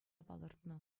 палӑртнӑ